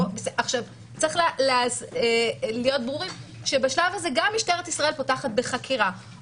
צריך להיות ברורים שבשלב הזה גם משטרת ישראל פותחת בחקירה,